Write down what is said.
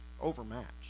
overmatched